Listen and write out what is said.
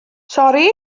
sori